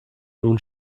nun